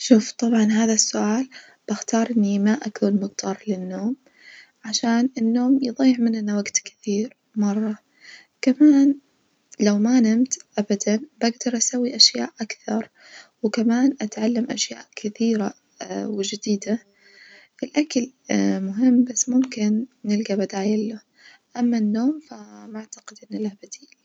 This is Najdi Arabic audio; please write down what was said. شوف طبعًا هذا السؤال بختار إني ما أكون مضطر للنوم عشان النوم يظيع مننا وجت كثير مرة، كمان لو ما نمت أبدًا بجدر أسوي أشياء أكثر وكمان أتعلم أشياء كثيرة وجديدة، الأكل مهم بس ممكن نلجى بدايل له أما النوم فما أعتقد إن له بديل.